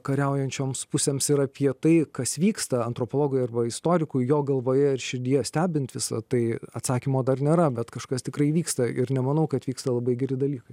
kariaujančioms pusėms ir apie tai kas vyksta antropologui arba istorikui jo galvoje ar širdyje stebint visa tai atsakymo dar nėra bet kažkas tikrai vyksta ir nemanau kad vyksta labai geri dalykai